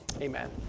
Amen